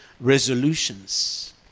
resolutions